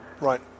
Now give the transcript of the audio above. Right